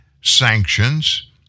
sanctions